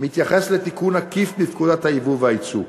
מתייחס לתיקון עקיף בפקודת היבוא והיצוא.